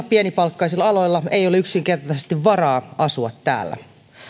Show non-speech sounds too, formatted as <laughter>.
<unintelligible> pienipalkkaisilla aloilla monilla ei ole yksinkertaisesti varaa asua täällä